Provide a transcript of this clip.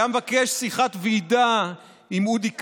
היה מבקש שיחת ועידה עם אודי קלינר,